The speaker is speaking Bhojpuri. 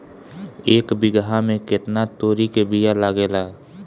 एक बिगहा में केतना तोरी के बिया लागेला?